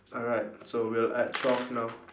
alright so we're at twelve now